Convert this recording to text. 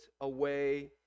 away